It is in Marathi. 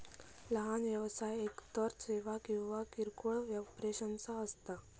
लहान व्यवसाय एकतर सेवा किंवा किरकोळ ऑपरेशन्स असता